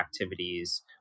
activities